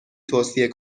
توصیه